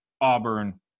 auburn